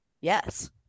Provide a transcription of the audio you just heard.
Yes